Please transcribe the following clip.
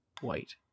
white